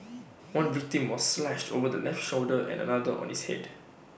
one victim was slashed over his left shoulder and another on his Head